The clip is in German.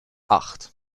acht